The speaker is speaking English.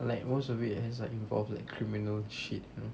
like most of it has like involve like criminal shit you know